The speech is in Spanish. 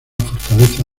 fortaleza